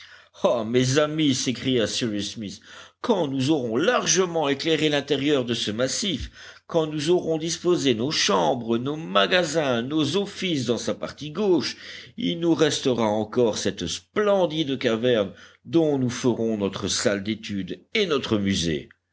ah mes amis s'écria cyrus smith quand nous aurons largement éclairé l'intérieur de ce massif quand nous aurons disposé nos chambres nos magasins nos offices dans sa partie gauche il nous restera encore cette splendide caverne dont nous ferons notre salle d'étude et notre musée